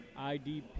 IDP